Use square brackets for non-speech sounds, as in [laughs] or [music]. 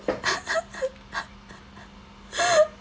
[laughs]